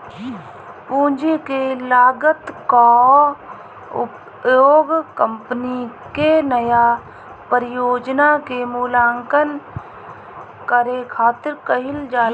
पूंजी के लागत कअ उपयोग कंपनी के नया परियोजना के मूल्यांकन करे खातिर कईल जाला